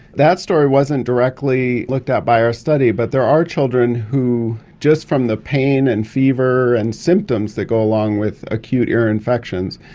that story wasn't directly looked at by our study but there are children who, just from the pain and fever and symptoms that go along with acute ear infections,